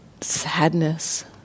sadness